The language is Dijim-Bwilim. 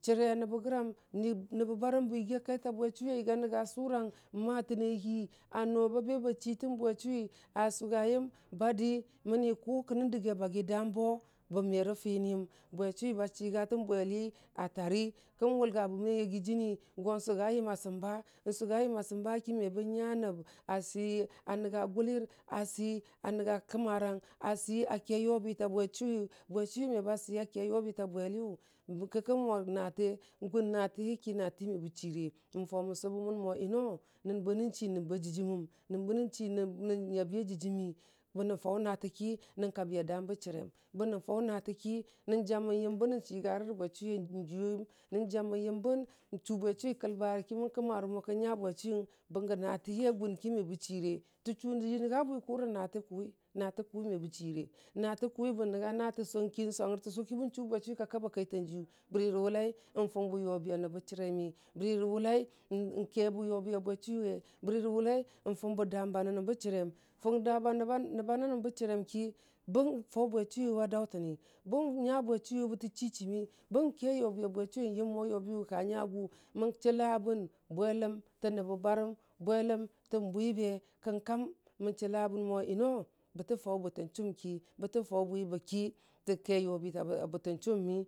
Chərə nəbə gəram ni, nəbbə barəm bə yəga kaita bwejʊwiyʊ ka yəya nəng sʊrun nomatəne hi a no babə bə chii tən bechʊwi a sʊya yəm badi məni kʊ kənəng dəgi a bagi dambo bə merə finiyəm bwechʊwi ba chəga tən bweli a tari kən wʊlga bəməne yagi jəni go sʊgayəm a səmba, nsʊyagəm a səmba ki me bən nya nəb a sii a nənya yʊlər asii a nənga kəmarang asii a kə yʊbita bwechʊwiyʊ, bwe chʊwi me ba sii a ke yʊbi ta bweliyʊ bərki, kən, mu natə gʊn natihi ki natə me bə chəre mən faʊ mən sʊbə mən mo yəno nən bənə chi nəbba dəjimən nən bə nə chi nən nən nyabia dəji mi bənən faʊ natə ki nən kabi a dambə chərem, bənən faʊ natə ki nən jamən yəmbə nən chigurə rə bwechʊwi nyui a jʊwiyəm, nən jəmən yəm bən chʊ bwechʊwi kəlbarə iɨi mən kəmarə mo kən nya bwechʊwiyəng bənyə natə hi a gʊnki me bə chire, təchʊ ji nənga bwi rə natə kuwi, natə kʊwi me bə chire natə kʊwi bən nənga natə swang kin swagər tʊsʊ ki bən chʊ bwechʊwi ka kabə kaitang jiyʊ bəri rə wʊlai fʊngbə yʊbi a nəbbə chəremi bəri rə wʊlai kebə yʊbi a bwechʊwi we, bəri rə wʊlan fʊng bə dam ba nənəm bə chərem fʊng damba nəbba nənəm bə chərem ki bən faʊ bwechuʊwi wa daʊtəni bən nya bwechʊwi wə bətə chi chimmi, bən ke yʊbi a bechʊwi nyəmmo yʊbiwə ka nyagʊ, mən chəla bən bweləm tən nəbə rarəm, bweləm tən bwi be kam kam mən chəla bən mʊ yəno bətə faʊ bʊtanchʊmki, bətə faʊ bwibəki tə ke yʊbita bʊtən chʊm həmi.